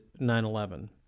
9/11